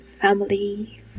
family